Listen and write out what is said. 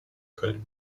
köln